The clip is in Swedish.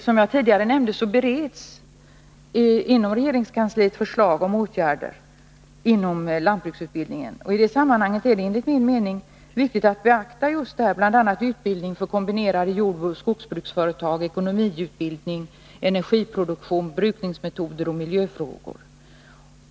Som jag tidigare nämnde bereds inom regeringskansliet förslag om åtgärder inom lantbruksutbildningen, och i det sammanhanget är det enligt min mening riktigt att beakta bl.a. just utbildning för kombinerade jordoch skogsbruksföretag, ekonomiutbildning, utbildning i energiproduktion, brukningsmetoder och miljöfrågor.